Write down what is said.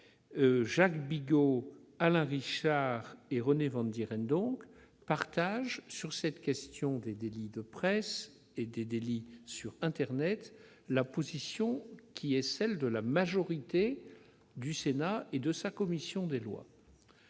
Jacques Bigot, Alain Richard et René Vandierendonck partagent, sur la question des délits de presse et des délits sur internet, la position de la majorité du Sénat et de la commission des lois.